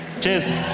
Cheers